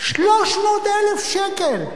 300,000 שקל.